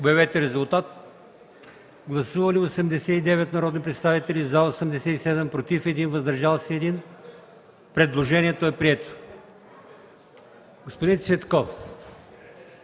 предложение. Гласували 89 народни представители: за 87, против 1, въздържал се 1. Предложението е прието. Господин Цветков,